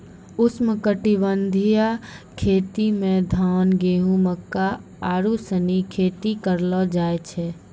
उष्णकटिबंधीय खेती मे धान, गेहूं, मक्का आरु सनी खेती करलो जाय छै